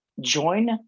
join